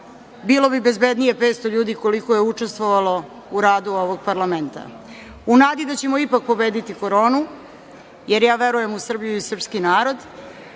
bilo bi bezbednije za 500 ljudi, koliko je učestvovalo u radu ovog parlamenta.U nadi da ćemo ipak pobediti Koronu, jer ja verujem u Srbiju i srpski narod,